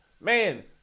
Man